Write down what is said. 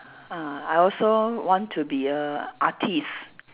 ah I also want to be a artist